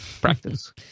Practice